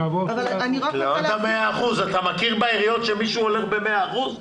אתה מכיר שבעיריות מישהו מקבל 100 אחוזים?